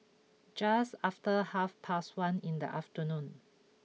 just after half past one in the afternoon